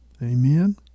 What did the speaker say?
Amen